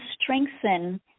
strengthen